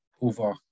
over